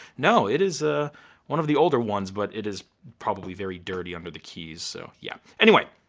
no, it is ah one of the older ones but it is probably very dirty under the keys, so yeah. anyway,